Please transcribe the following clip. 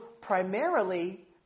primarily